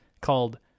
called